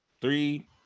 three